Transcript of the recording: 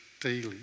Daily